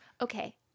okay